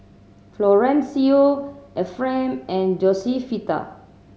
Florencio Efrem and Josefita